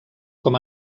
com